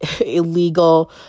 illegal